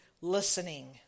listening